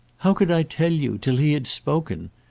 how could i tell you till he had spoken?